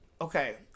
okay